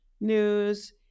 news